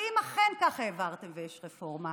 ואם אכן כך, העברתם, ויש רפורמה,